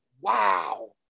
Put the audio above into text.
wow